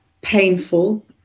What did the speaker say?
painful